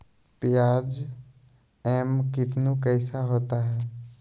प्याज एम कितनु कैसा होता है?